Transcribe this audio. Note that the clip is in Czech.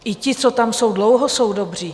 I ti, co tam jsou dlouho, jsou dobří.